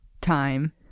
time